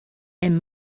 and